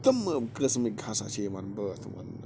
تِمہٕ قٕسمٕکۍ ہسا چھِ یِوان بٲتھ وننہٕ